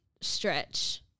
stretch